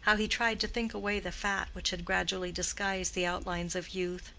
how he tried to think away the fat which had gradually disguised the outlines of youth,